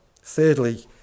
thirdly